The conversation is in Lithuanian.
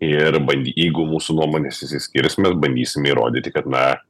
ir bandy jeigu mūsų nuomonės išsiskirs mes bandysim įrodyti kad na